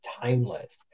timeless